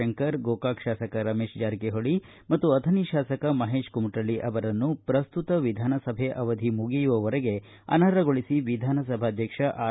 ಶಂಕರ ಗೋಕಾಕ ಶಾಸಕ ರಮೇಶ ಜಾರಕಿಹೊಳಿ ಮತ್ತು ಅಥಣಿ ಶಾಸಕ ಮಹೇಶ ಕುಮಟ್ಟಿ ಅವರನ್ನು ವಿಧಾನಸಭೆ ಅವಧಿ ಮುಗಿಯುವವರೆಗೆ ಅನರ್ಹಗೊಳಿಸಿ ವಿಧಾನಸಭಾಧ್ಯಕ್ಷ ಆರ್